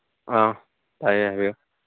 ꯑꯥ ꯇꯥꯏꯌꯦ ꯍꯥꯏꯕꯤꯌꯨ